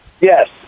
Yes